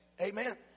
Amen